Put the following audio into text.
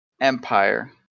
Empire